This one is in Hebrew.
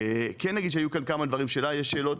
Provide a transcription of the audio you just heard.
כן אני אגיד שהיו כאן כמה דברים שלא היו שאלות